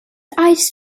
eyes